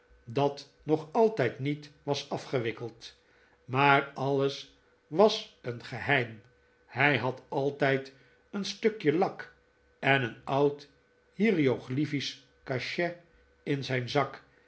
dat nog altijd niet was afgewikkeld maar alles was een geheim hij had altijd een stukje lak en een oud hieroglyphisch cachet in zijn zak